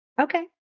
Okay